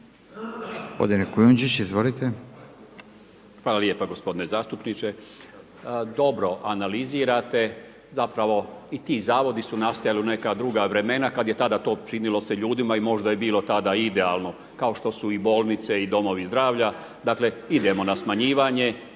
Hvala lijepa gospodine zastupniče. Dobro analizirate, zapravo i ti zavodi su nastajali u neka druga vremena kada je tada to činilo se ljudima i možda je bilo tada idealno kao što su i bolnice, i domovi zdravlja, dakle idemo na smanjivanje